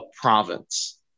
province